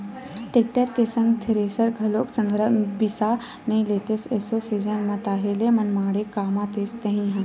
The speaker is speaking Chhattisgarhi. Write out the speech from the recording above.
टेक्टर के संग थेरेसर घलोक संघरा बिसा नइ लेतेस एसो सीजन म ताहले मनमाड़े कमातेस तही ह